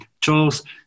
Charles